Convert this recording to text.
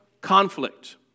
conflict